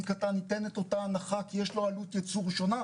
קטן ייתן את אותה הנחה כי יש לו עלות ייצור שונה,